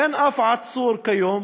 אין אף עצור כיום